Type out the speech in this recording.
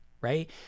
right